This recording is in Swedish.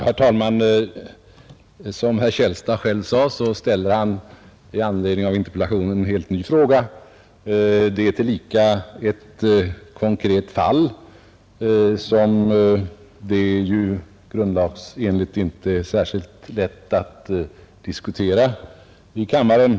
Herr talman! Som herr Källstad själv sade, ställer han i anledning av interpellationen en helt ny fråga. Den gäller tillika ett konkret fall, som det ju grundlagsenligt inte är särskilt lätt att diskutera i kammaren.